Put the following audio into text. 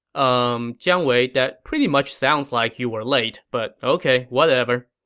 umm, jiang wei, that pretty much sounds like you were late, but ok, whatever.